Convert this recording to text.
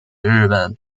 日本